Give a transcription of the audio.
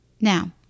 Now